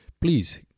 please